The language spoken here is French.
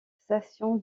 station